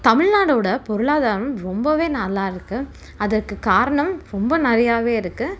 தமிழ்நாடோட பொருளாதாரம் ரொம்பவே நல்லா இருக்கு அதற்கு காரணம் ரொம்ப நிறையாவே இருக்கு